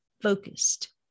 focused